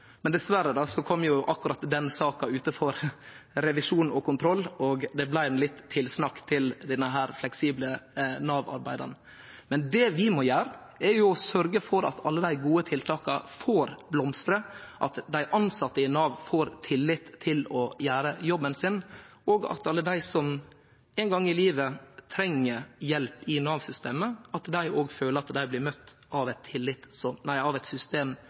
Dessverre kom akkurat den saka ut for revisjon og kontroll, og det blei litt tilsnakk til denne fleksible Nav-arbeidaren. Det vi må gjere, er å sørgje for at alle dei gode tiltaka får blomstre, at dei tilsette i Nav får tillit til å gjere jobben sin, og at alle dei som ein gong i livet treng hjelp i Nav-systemet, òg føler dei blir møtt av eit system som